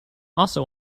also